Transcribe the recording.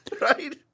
Right